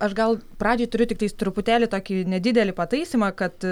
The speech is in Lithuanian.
aš gal pradžiai turiu tiktais truputėlį tokį nedidelį pataisymą kad